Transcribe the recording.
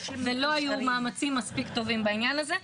ולא היו מאמצים מספיק טובים בעניין הזה.